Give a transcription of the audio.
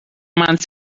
مند